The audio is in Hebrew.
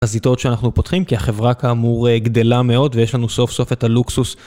חזיתות שאנחנו פותחים כי החברה כאמור גדלה מאוד ויש לנו סוף סוף את הלוקסוס.